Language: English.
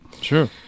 Sure